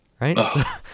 right